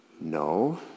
No